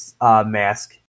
mask